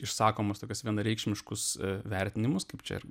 išsakomus tokias vienareikšmiškus vertinimus kaip čia ir